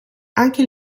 anche